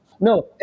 No